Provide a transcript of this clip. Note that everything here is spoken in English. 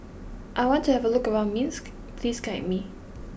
I want to have a look around Minsk please guide me